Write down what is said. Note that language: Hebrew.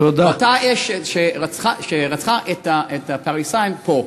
אותה אש שרצחה את הפריזאים, פה.